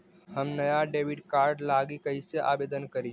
हम नया debit card लागी कईसे आवेदन करी?